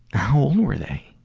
how old were they?